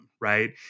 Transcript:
right